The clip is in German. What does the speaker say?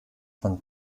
von